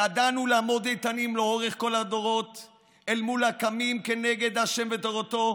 ידענו לעמוד איתנים לאורך כל הדורות אל מול הקמים כנגד השם ותורתו,